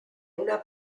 una